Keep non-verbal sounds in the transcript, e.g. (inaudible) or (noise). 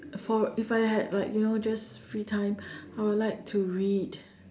for if I had like you know just free time I would like to read (breath)